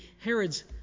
Herod's